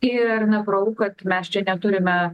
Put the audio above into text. ir natūralu kad mes čia neturime